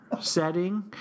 setting